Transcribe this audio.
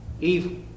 evil